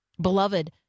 Beloved